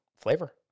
flavor